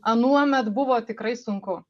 anuomet buvo tikrai sunku